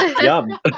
yum